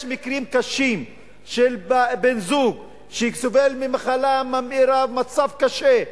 יש מקרים קשים של בן-זוג שסובל ממחלה ממאירה במצב קשה,